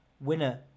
winner